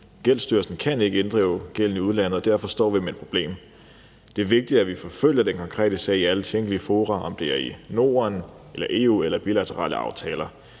Gældsstyrelsen kan ikke inddrive gælden i udlandet, og derfor står vi med et problem. Det er vigtigt, at vi forfølger den konkrete sag i alle tænkelige fora – om det er i Norden, EU eller via bilaterale aftaler